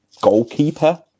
goalkeeper